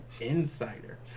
insider